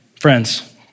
Friends